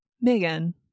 Megan